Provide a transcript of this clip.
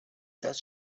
does